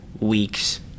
weeks